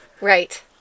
Right